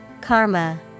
Karma